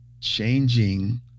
changing